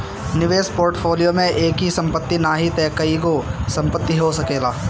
निवेश पोर्टफोलियो में एकही संपत्ति नाही तअ कईगो संपत्ति हो सकेला